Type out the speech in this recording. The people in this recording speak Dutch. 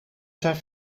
zijn